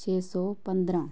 ਛੇ ਸੌ ਪੰਦਰਾਂ